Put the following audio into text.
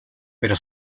pero